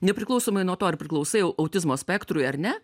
nepriklausomai nuo to ar priklausai autizmo spektrui ar ne